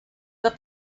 the